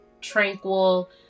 tranquil